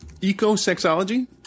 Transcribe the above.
Eco-sexology